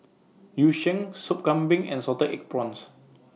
Yu Sheng Sop Kambing and Salted Egg Prawns